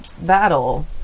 battle